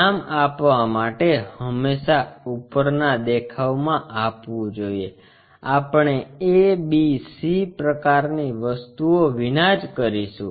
નામ આપવા માટે હંમેશાં ઉપરના દેખાવમાં આપવું જોઈએ આપણે a b c પ્રકારની વસ્તુઓ વિનાજ કરીશું